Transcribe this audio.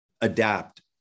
adapt